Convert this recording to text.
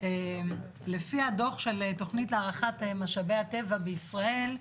לפי הדוח של תכנית הערכת משאבי הטבע בישראל,